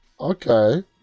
Okay